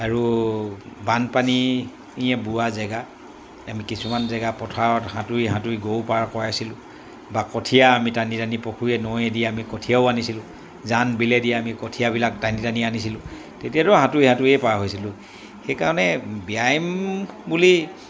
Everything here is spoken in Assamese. আৰু বানপানীয়ে বুৰা জেগা আমি কিছুমান জেগা পথাৰত সাঁতুৰি সাঁতুৰি গৰু পাৰ কৰাইছিলোঁ বা কঁঠীয়া আমি টানি টানি পুখুৰীয়ে নৈয়েদি আমি কঁঠীয়াও আনিছিলোঁ জান বিলেদি আমি কঁঠীয়াবিলাক টানি টানি আনিছিলোঁ তেতিয়াতো সাঁতুৰি সাঁতুৰিয়ে পাৰ হৈছিলোঁ সেইকাৰণে ব্যায়াম বুলি